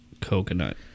coconut